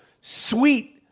sweet